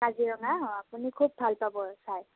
কাজিৰঙা অঁ আপুনি খুব ভাল পাব চাই